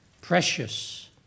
Precious